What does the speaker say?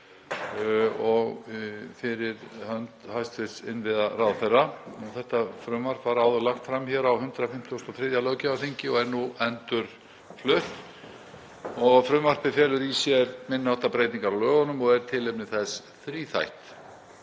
fyrir hönd hæstv. innviðaráðherra. Þetta frumvarp var áður lagt fram á 153. löggjafarþingi og er nú endurflutt. Frumvarpið felur í sér minni háttar breytingar á lögunum og er tilefni þess þríþætt.